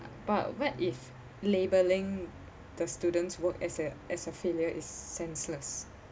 but what if labelling the students' work as a as a failure is senseless